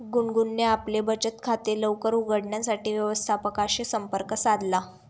गुनगुनने आपले बचत खाते लवकर उघडण्यासाठी व्यवस्थापकाशी संपर्क साधला